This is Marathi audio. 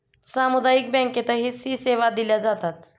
सामुदायिक बँकेतही सी सेवा दिल्या जातात